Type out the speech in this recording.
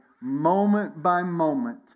moment-by-moment